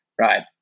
Right